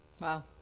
Wow